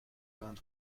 guns